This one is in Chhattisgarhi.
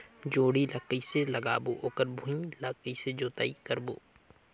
जोणी ला कइसे लगाबो ओकर भुईं ला कइसे जोताई करबो?